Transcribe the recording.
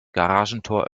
garagentor